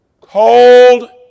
cold